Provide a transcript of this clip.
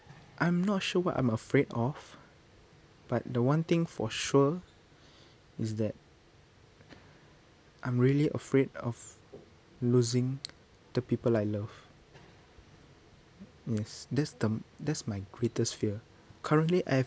I'm not sure what I'm afraid of but the one thing for sure is that I'm really afraid of losing the people I love yes this the that's my greatest fear currently I have